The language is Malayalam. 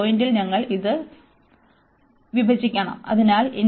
ആ പോയിന്റിൽ ഞങ്ങൾ ഇത് തകർക്കണം അതിനാൽ